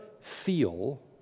feel